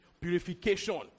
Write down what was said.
purification